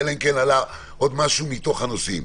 אלא אם כן עלה עוד משהו מתוך הנושאים.